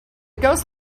ghost